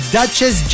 Duchess